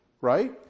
right